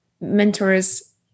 mentors